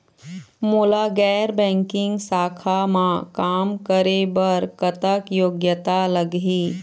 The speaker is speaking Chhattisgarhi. मोला गैर बैंकिंग शाखा मा काम करे बर कतक योग्यता लगही?